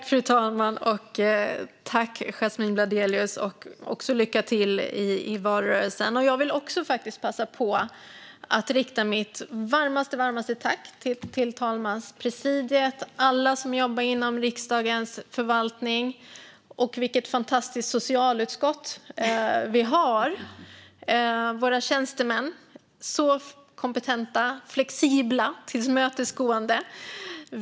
Fru talman! Tack, Yasmine Bladelius, och lycka till i valrörelsen! Jag vill också passa på att rikta mitt varmaste tack till talmanspresidiet och alla som jobbar inom riksdagens förvaltning. Och vilket fantastiskt socialutskott vi har! Våra tjänstemän är så kompetenta, flexibla och tillmötesgående.